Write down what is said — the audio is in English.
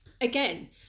Again